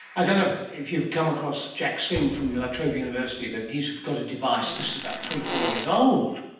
i don't know if you've come across jack singh from la trobe university but he has got a device, this is about three, four years old,